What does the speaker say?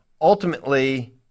ultimately